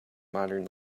modern